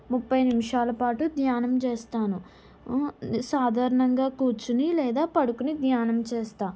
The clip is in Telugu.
ముప్పై నిమిషాలు పాటు ధ్యానం చేస్తాను సాధారణంగా కూర్చుని లేదా పడుకుని ధ్యానం చేస్తాను